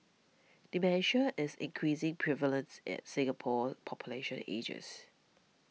dementia is increasingly prevalence at Singapore's population ages